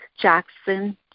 Jackson